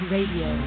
Radio